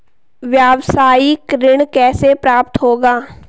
व्यावसायिक ऋण कैसे प्राप्त होगा?